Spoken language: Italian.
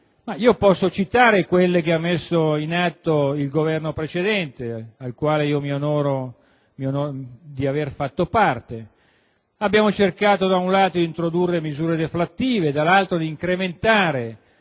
Io posso citare quelle che ha messo in atto il Governo precedente, del quale mi onoro di aver fatto parte. Abbiamo cercato, da un lato, di introdurre misure deflattive e, dall'altro, di incrementare